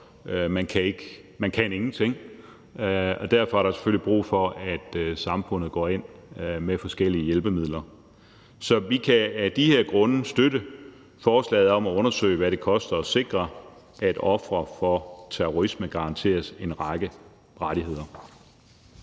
man kan ingenting. Derfor er der selvfølgelig brug for, at samfundet går ind med forskellige hjælpemidler. Vi kan af de her grunde støtte forslaget om at undersøge, hvad det koster at sikre, at ofre for terrorisme garanteres en række rettigheder.